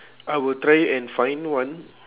I will try and find one